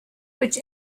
which